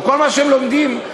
כל שהם לומדים,